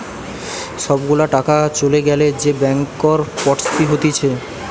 সব গুলা টাকা চলে গ্যালে যে ব্যাংকরপটসি হতিছে